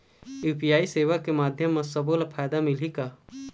UPI सेवा के माध्यम म सब्बो ला फायदा मिलही का?